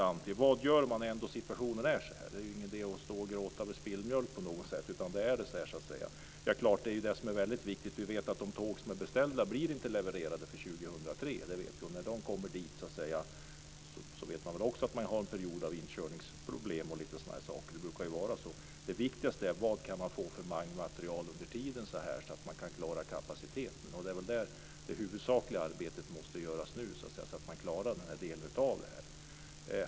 Vad ska göras när situationen är så? Det är ingen idé att stå och gråta över spilld mjölk. Det är en del som är viktigt. Vi vet att de beställda tågen inte levereras förrän 2003. När de levereras kommer det att vara en period av inkörningsproblem osv. Det brukar vara så. Det viktigaste är då vad för vagnmaterial som kan fås under tiden så att kapaciteten kan klaras. Det är där det huvudsakliga arbetet måste göras nu.